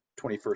21st